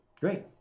Great